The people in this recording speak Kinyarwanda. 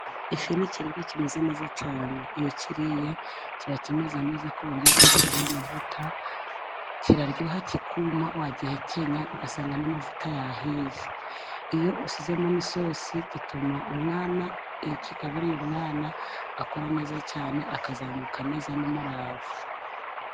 Ifi ni ikiribwa kimeze neza cyane. Iyo ukiriye kiba kimeze neza， ku buryo iyo ugishyize mu mavuta kiraryoha， kikuma， wagihekenya ugasanga n'amavuta yahiye. Iyo usizemo n'isosi，iyo ukigaburiye umwana， mwana akora neza cyane， akazamuka neza n'umurava.